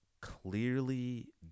clearly